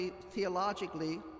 theologically